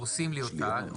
פורסים לי אותה,